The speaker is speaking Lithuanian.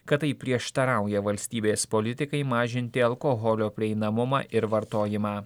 kad tai prieštarauja valstybės politikai mažinti alkoholio prieinamumą ir vartojimą